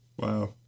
Wow